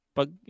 pag